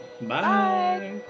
Bye